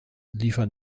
liefern